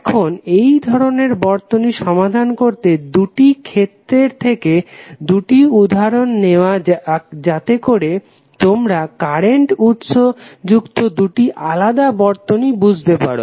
এখন এই ধরনের বর্তনী সমাধান করতে দুটি ক্ষেত্রের থেকে দুটি উদাহরণ নেওয়া যাক যাতে করে তোমরা কারেন্ট উৎস যুক্ত দুটি আলাদা বর্তনী বুঝতে পারো